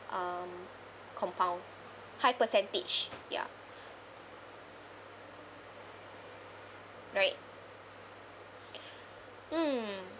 um compounds high percentage ya right hmm